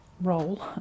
role